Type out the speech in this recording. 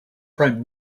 prime